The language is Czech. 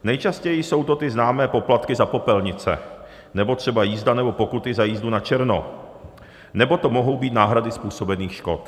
Nejčastěji jsou to ty známé poplatky za popelnice, nebo třeba jízda nebo pokuty za jízdu načerno, nebo to mohou být náhrady způsobených škod.